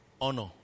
honor